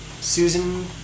Susan